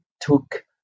took